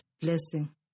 blessing